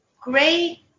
Great